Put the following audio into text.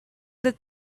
the